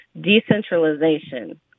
decentralization